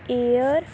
air